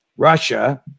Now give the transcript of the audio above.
Russia